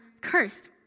cursed